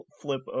flip